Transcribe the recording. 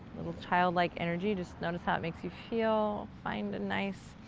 little child-like energy, just notice how it makes you feel, find a nice